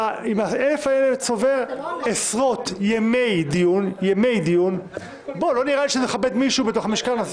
ה-1,000 האלה אתה צובר עשרות ימי דיון זה לא מכבד מישהו במשכן הזה.